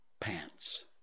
pants